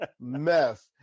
mess